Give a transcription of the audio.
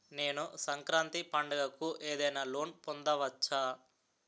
నేను సంక్రాంతి పండగ కు ఏదైనా లోన్ పొందవచ్చా?